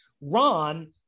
Ron